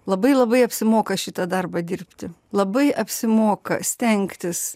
labai labai apsimoka šitą darbą dirbti labai apsimoka stengtis